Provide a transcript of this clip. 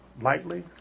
lightly